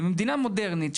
ובמדינה מודרנית,